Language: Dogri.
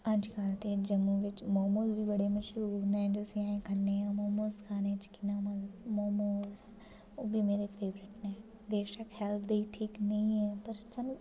अज्ज कल ते जम्मू बिच मोमोज़ बी बड़े मशहूर न असें खन्ने आं मोमोज़ खाने च कि'न्ना मोमोज़ ओह् बी मेरे फेवरेट न बेशक हेल्थ लेई ठीक नेईं ऐ पर सानूं